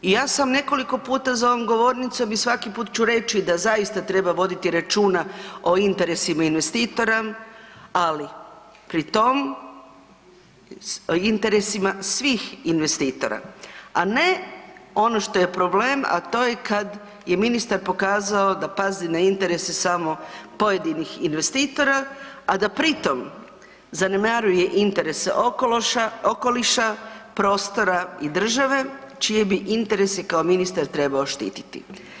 I ja sam nekoliko puta za ovom govornicom i svaki put ću reći da zaista treba voditi računa o interesima investitora, ali pri tom interesima svih investitora, a ne ono što je problem, a to je kad je ministar pokazao da pazi na interese samo pojedinih investitora, a da pri tom zanemaruje interese okološa, okoliša, prostora i države, čije bi interese kao ministar trebao štititi.